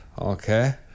okay